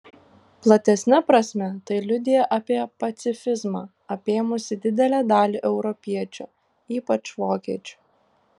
platesne prasme tai liudija apie pacifizmą apėmusį didelę dalį europiečių ypač vokiečių